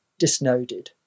disnoded